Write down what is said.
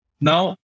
Now